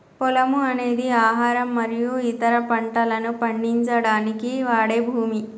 పొలము అనేది ఆహారం మరియు ఇతర పంటలను పండించడానికి వాడే భూమి